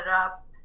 up